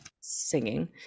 singing